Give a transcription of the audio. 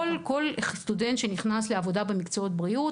כל סטודנט שנכנס לעבודה במקצועות הבריאות,